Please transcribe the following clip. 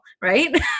right